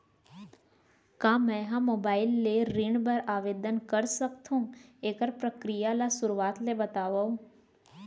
का मैं ह मोबाइल ले ऋण बर आवेदन कर सकथो, एखर प्रक्रिया ला शुरुआत ले बतावव?